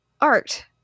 art